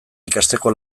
ikasteko